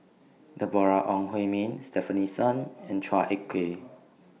Deborah Ong Hui Min Stefanie Sun and Chua Ek Kay